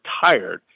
tired